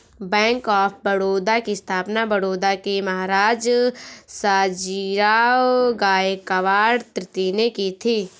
bank of Baroda की स्थापना बड़ौदा के महाराज सयाजीराव गायकवाड तृतीय ने की थी